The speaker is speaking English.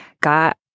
got